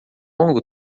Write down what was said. longo